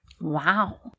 Wow